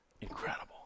Incredible